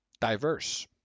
Diverse